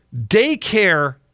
Daycare